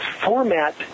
format